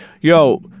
yo